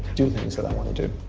do things that i want to do